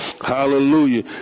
Hallelujah